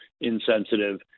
insensitive